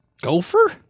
Gopher